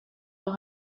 los